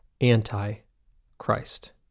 anti-Christ